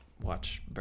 watch